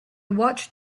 watched